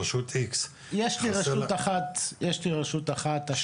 חסר --- יש לי רשות אחת בשנה